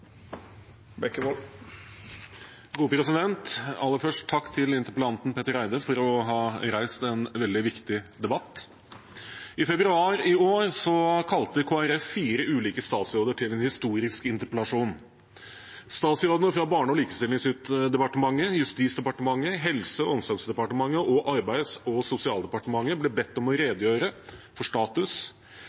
til interpellanten Petter Eide for å ha reist en veldig viktig debatt. I februar i år innkalte Kristelig Folkeparti fire ulike statsråder til en historisk interpellasjon. Statsrådene fra Barne- og likestillingsdepartementet, Justis- og beredskapsdepartementet, Helse- og omsorgsdepartementet og Arbeids- og sosialdepartementet ble bedt om å redegjøre for status